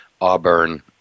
Auburn